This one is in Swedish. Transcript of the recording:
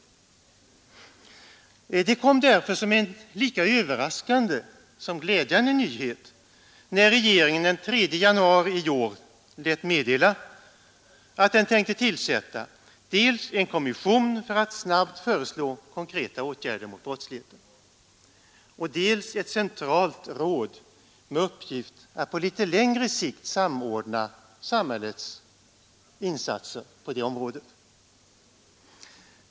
Det kom därför som en lika överraskande som glädjande nyhet, när regeringen den 3 januari i år lät meddela att den tänkte tillsätta dels en kommission för att snabbt föreslå konkreta åtgärder mot brottsligheten, dels ett centralt råd med uppgift att på litet längre sikt samordna samhällets insatser på det området.